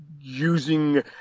using